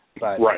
Right